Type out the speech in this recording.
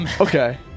Okay